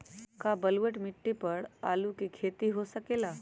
का बलूअट मिट्टी पर आलू के खेती हो सकेला?